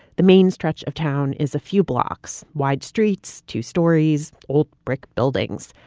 the main stretch of town is a few blocks wide streets, two stories, old brick buildings.